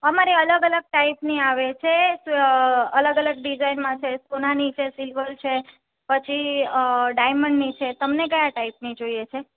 અમારે અલગ અલગ ટાઈપની આવે છે અલગ અલગ ડિઝાઇનમાં છે સોનાની છે સિલ્વર છે પછી ડાયમંડની છે તમને ક્યાં ટાઈપની જોઈએ છે